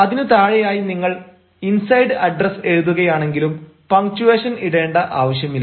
അതിനു താഴെയായി നിങ്ങൾ ഇൻസൈഡ് അഡ്രസ്സ് എഴുതുകയാണെങ്കിലും പങ്ച്ചുവേഷൻ ഇടേണ്ട ആവശ്യമില്ല